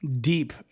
deep